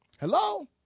hello